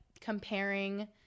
comparing